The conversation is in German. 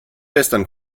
western